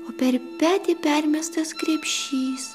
o per petį permestas krepšys